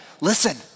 listen